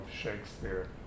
Shakespeare